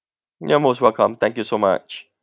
you're most welcome thank you so much